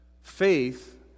Faith